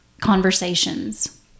conversations